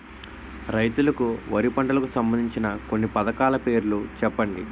రైతులకు వారి పంటలకు సంబందించిన కొన్ని పథకాల పేర్లు చెప్పండి?